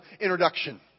introduction